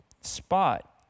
spot